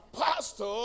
pastor